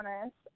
honest